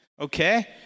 okay